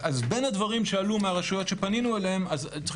אז בין הדברים שעלו מהרשויות שפנינו אליהן צריך